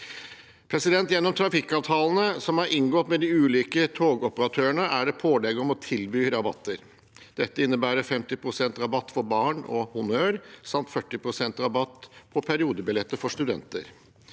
Gjennom trafikkavtalene som er inngått med de ulike togoperatørene, er det pålegg om å tilby rabatter. Dette innebærer 50 pst. rabatt for barn og honnør samt 40 pst. rabatt på periodebilletter for studenter.